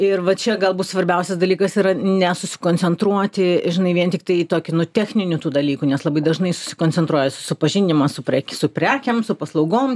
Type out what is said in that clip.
ir va čia galbūt svarbiausias dalykas yra nesusikoncentruoti žinai vien tiktai į tokį nu techninių tų dalykų nes labai dažnai susikoncentruoja susipažinimas su su prekėm su paslaugom